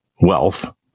wealth